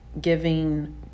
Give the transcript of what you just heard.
Giving